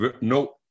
no